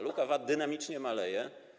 Luka VAT dynamicznie maleje.